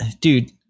dude